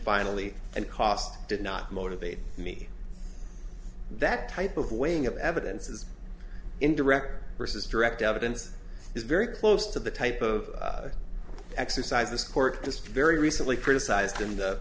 finally and cost did not motivate me that type of weighing of evidence is in direct versus direct evidence is very close to the type of exercise this court just very recently criticized in the